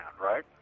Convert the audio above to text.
right